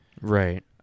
Right